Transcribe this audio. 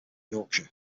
yorkshire